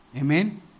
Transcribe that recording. Amen